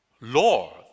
Lord